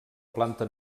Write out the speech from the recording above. planta